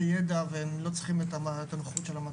ידע והם לא צריכים את הנוכחות של המדריך.